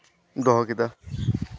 ᱫᱚᱦᱚ ᱠᱮᱫᱟ